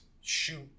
shoot